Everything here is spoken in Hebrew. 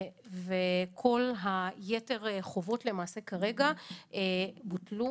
וכל יתר החובות למעשה כרגע בוטלו.